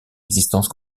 existence